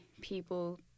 people